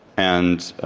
and